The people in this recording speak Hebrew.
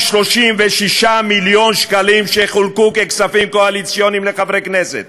236 מיליון השקלים שחולקו ככספים קואליציוניים לחברי כנסת